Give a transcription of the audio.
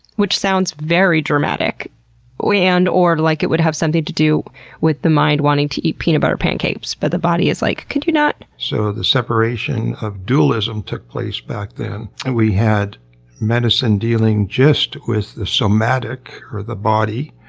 which sounds very dramatic and or like it would have something to do with the mind wanting to eat peanut butter pancakes but the body is like, could you not? so, the separation of dualism took place back then and we had medicine dealing just with the somatic, or the body.